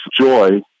joy